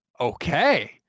Okay